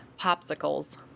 popsicles